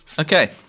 Okay